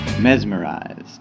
mesmerized